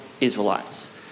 Israelites